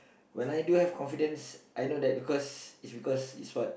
when I do have confidence I know that because is because is what